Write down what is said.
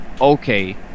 okay